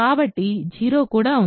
కాబట్టి 0 కూడా ఉంది